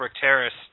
Terrace